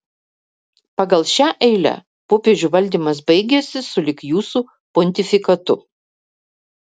pagal šią eilę popiežių valdymas baigiasi sulig jūsų pontifikatu